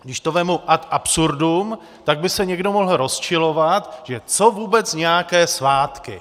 Když to vezmu ad absurdum, tak by se někdo mohl rozčilovat, že co vůbec nějaké svátky.